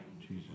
Jesus